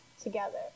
together